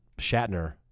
Shatner